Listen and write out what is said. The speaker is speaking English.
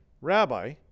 Rabbi